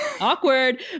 awkward